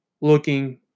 looking